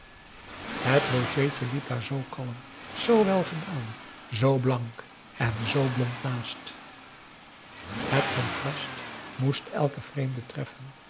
het logeetje liep daar zoo kalm zoo welgedaan zoo blank en zoo blond naast het contrast moest elken vreemde treffen